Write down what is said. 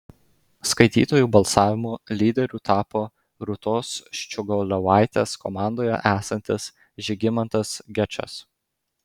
skaitytojų balsavimu lyderiu tapo rūtos ščiogolevaitės komandoje esantis žygimantas gečas